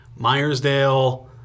Myersdale